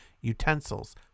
utensils